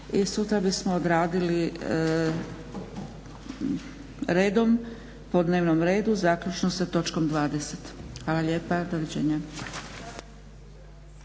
i sutra bismo odradili redom po dnevnom redu zaključno sa točkom 20. Hvala lijepa. Doviđenja!